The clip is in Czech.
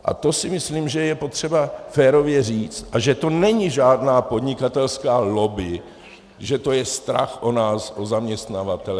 A to si myslím, že je potřeba férově říct, a že to není žádná podnikatelská lobby, že to je strach o nás, o zaměstnavatele.